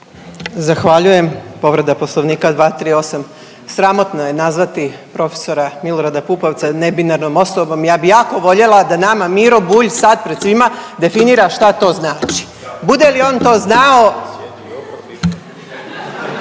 Zahvaljujem. Povreda Poslovnika 238., sramotno je nazvati prof. Milorada Pupovca nebinarnom osobom. Ja bi jako voljela da nama Miro Bulj sad pred svima definira šta to znači. Bude li on to znao.